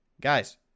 Guys